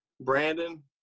Brandon